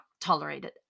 tolerated